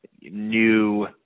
new